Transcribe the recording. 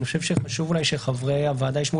אני חושב שחשוב אולי שחברי הוועדה ישמעו